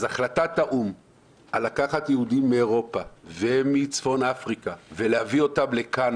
אז החלטת האו"ם לקחת יהודים מאירופה ומצפון אפריקה ולהביא אותם לכאן,